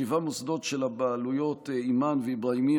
שבעה מוסדות של הבעלויות אימאן ואבראהימיה